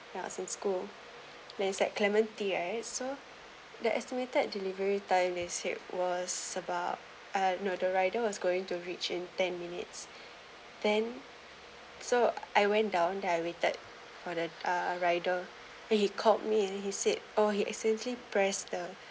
ya it's in school then it's like clementi right so the estimated delivery time is here was about uh no the rider was going to reach in ten minutes then so I went down then I waited for the uh rider he called me and then he said oh he accidentally press the